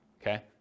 okay